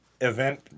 event